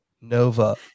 Nova